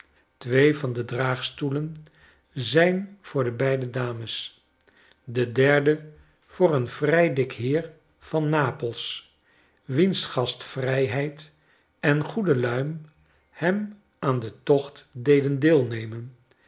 twee van de draagstoelen zyn voor de beide dames de derde voor een vrij dik heer van nap els wiens gastvrijheid en goede luim hem aan den tocht deden deelnemen